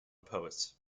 poets